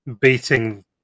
beating